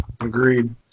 agreed